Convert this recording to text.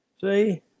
See